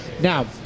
Now